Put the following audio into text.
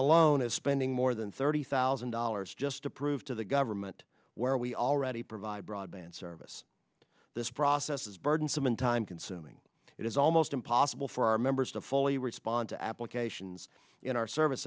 alone is spending more than thirty thousand dollars just to prove to the government where we already provide broadband service this process is burdensome and time consuming it is almost impossible for our members to fully respond to applications in our service